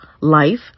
life